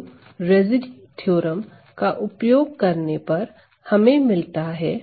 तो residue theorem का उपयोग करने पर हमें मिलता है